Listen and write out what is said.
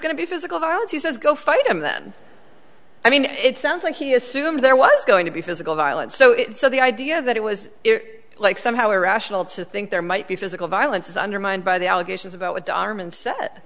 going to be physical violence he says go fight him then i mean it sounds like he assumed there was going to be physical violence so it so the idea that it was like somehow irrational to think there might be physical violence is undermined by the allegations about what the arm and s